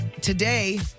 Today